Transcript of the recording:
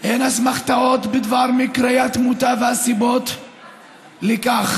אין אסמכתאות בדבר מקרי התמותה והסיבות לכך.